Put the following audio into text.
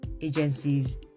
agencies